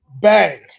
bang